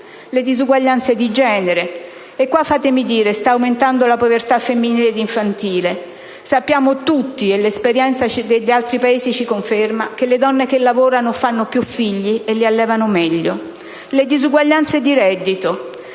le disuguaglianze di genere (e qui fatemi dire che sta aumentando la povertà femminile ed infantile). Sappiamo tutti - e l'esperienza degli altri Paesi ce lo conferma - che le donne che lavorano fanno più figli e li allevano meglio. Abbiamo poi le disuguaglianze di reddito: